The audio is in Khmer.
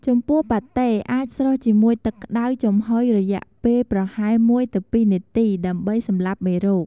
ចំពោះប៉ាតេ អាចស្រុះជាមួយទឹកក្ដៅចំហុយរយៈពេលប្រហែល ១–២ នាទី ដើម្បីសម្លាប់មេរោគ។